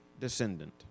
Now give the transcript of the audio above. descendant